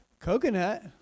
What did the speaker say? coconut